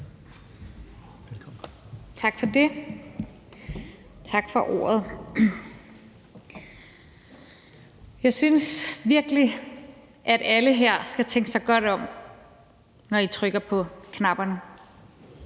Lund (EL): Tak for ordet. Jeg synes virkelig, at alle jer her skal tænke jer godt om, når I trykker på knapperne.